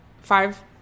five